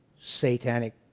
satanic